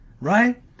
right